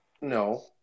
No